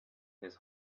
his